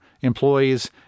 employees